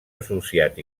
associat